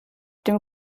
dem